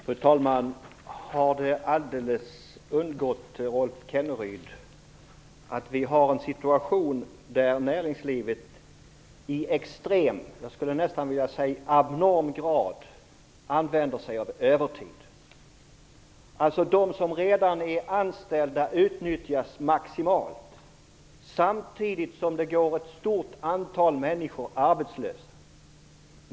Fru talman! Har det helt undgått Rolf Kenneryd att vi har en situation där näringslivet i extrem - ja, jag skulle nästan vilja säga abnorm - grad använder sig av övertid? De som redan är anställda utnyttjas alltså maximalt, samtidigt som ett stort antal människor är arbetslösa.